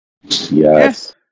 Yes